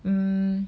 um